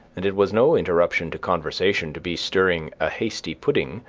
and it was no interruption to conversation to be stirring a hasty-pudding,